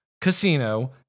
Casino